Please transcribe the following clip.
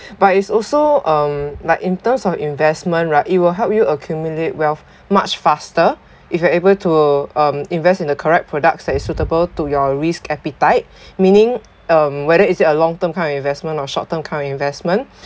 but it's also um like in terms of investment right it will help you accumulate wealth much faster if you are able to um invest in the correct products that is suitable to your risk appetite meaning um whether is it a long term kind of investment or short term kind of investment